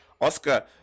oscar